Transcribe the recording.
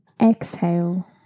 Exhale